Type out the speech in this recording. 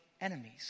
enemies